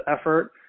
effort